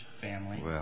family